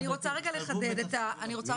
אני רוצה לחדד את המספרים